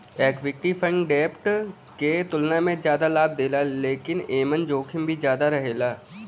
equity fund डेब्ट के तुलना में जादा लाभ देला लेकिन एमन जोखिम भी ज्यादा रहेला